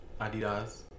Adidas